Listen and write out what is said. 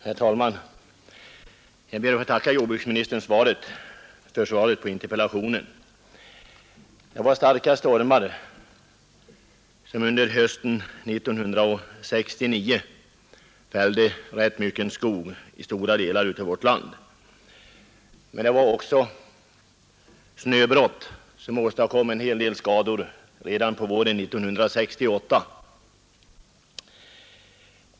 Herr talman! Jag ber att få tacka jordbruksnunistern för svaret på interpellationen. Starka stormar fällde hösten 1969 rätt mycket skog i stora delar av värt land, men också snöbrott ästadkom en hel del skador redan på vären 1968.